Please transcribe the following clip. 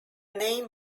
name